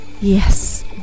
Yes